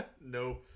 No